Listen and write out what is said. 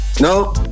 No